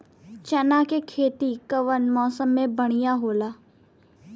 चना के खेती कउना मौसम मे बढ़ियां होला?